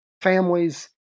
families